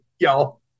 y'all